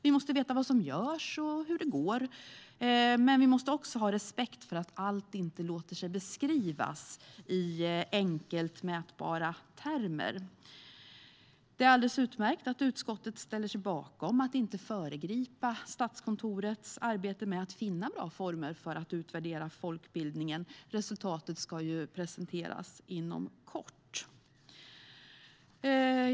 Vi måste veta vad som görs och hur det går, men vi måste också ha respekt för att allt inte låter sig beskrivas i enkla mätbara termer. Det är alldeles utmärkt att utskottet ställer sig bakom att man inte ska föregripa Statskontorets arbete med att finna bra former för att utvärdera folkbildningen. Resultatet ska ju presenteras inom kort.